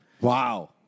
Wow